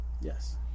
Yes